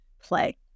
play